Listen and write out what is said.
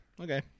Okay